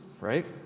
right